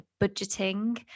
budgeting